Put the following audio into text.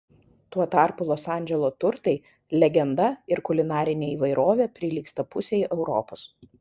tuo tarpu los andželo turtai legenda ir kulinarinė įvairovė prilygsta pusei europos